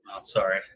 sorry